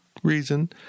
Reason